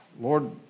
Lord